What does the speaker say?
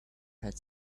had